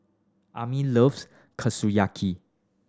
Ami loves Kushiyaki